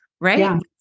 right